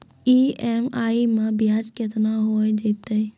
EMI मैं ब्याज केतना हो जयतै?